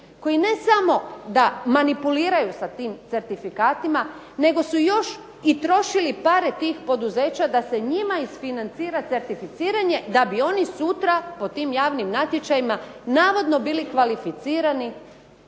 koji ne samo da manipuliraju sa tim certifikatima nego su još i trošili pare tih poduzeća da se njima isfinancira certificiranje da bi oni sutra po tim javnim natječajima navodno bili kvalificirani